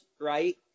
right